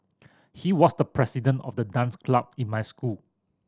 he was the president of the dance club in my school